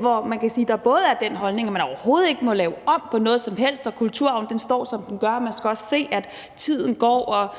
hvor der både er den holdning, at man overhovedet ikke må lave om på noget som helst, og at kulturarven står, som den gør, og at man også skal se, at tiden går